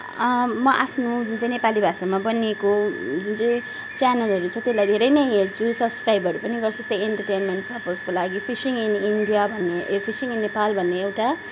म आफ्नो जुन चाहिँ नेपाली भाषामा बनिएको जुन चाहिँ च्यानलहरू छ त्यसलाई धेरै नै हेर्छु सब्स्क्राइबहरू पनि गर्छु जस्तै इन्टरटेनमेन्ट परपोजको लागि फिसिङ इन इन्डिया भन्ने ए फिसिङ इन नेपाल भन्ने एउटा